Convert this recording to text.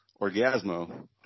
Orgasmo